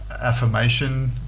affirmation